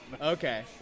Okay